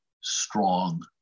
strong